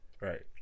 Right